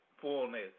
fullness